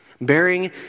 bearing